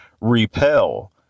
repel